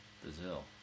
Brazil